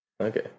Okay